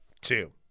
Two